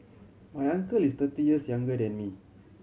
my uncle is thirty years younger than me